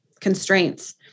constraints